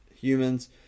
humans